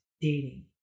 dating